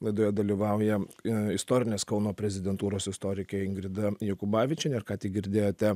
laidoje dalyvauja i istorinės kauno prezidentūros istorikė ingrida jakubavičienė ir ką tik girdėjote